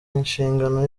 inshingano